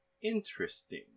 Interesting